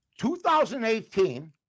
2018